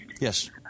Yes